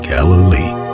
Galilee